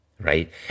right